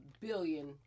billion